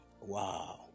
Wow